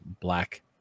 black